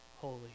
holy